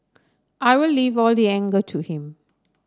I will leave all the anger to him